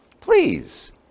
Please